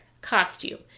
costume